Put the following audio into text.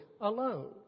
alone